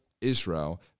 Israel